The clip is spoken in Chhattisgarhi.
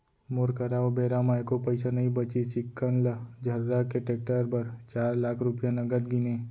मोर करा ओ बेरा म एको पइसा नइ बचिस चिक्कन ल झर्रा के टेक्टर बर चार लाख रूपया नगद गिनें